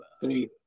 Three